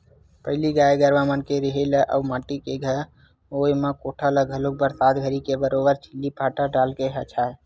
पहिली गाय गरुवा मन के रेहे ले अउ माटी के घर होय म कोठा ल घलोक बरसात घरी के बरोबर छिल्ली फाटा डालके छावय